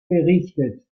berichtet